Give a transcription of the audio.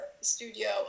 studio